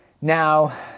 Now